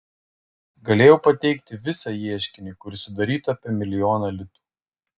galėjau pateikti visą ieškinį kuris sudarytų apie milijoną litų